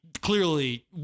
clearly